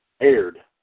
aired